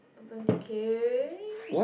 Urban-Decay